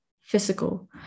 physical